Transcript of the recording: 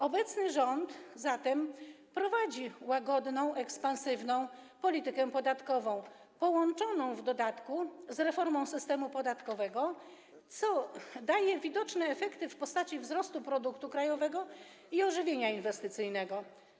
Obecny rząd prowadzi zatem łagodną ekspansywną politykę podatkową, połączoną w dodatku z reformą systemu podatkowego, co daje widoczne efekty w postaci wzrostu produktu krajowego i ożywienia inwestycyjnego.